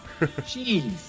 Jeez